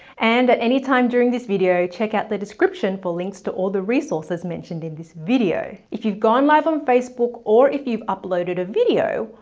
and at any time during this video, check out the description for links to all the resources mentioned in this video. if you've gone live on facebook or if you've uploaded a video,